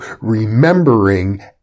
remembering